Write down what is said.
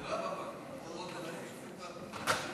זה לא היה בפגרה, כן?